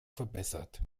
verbessert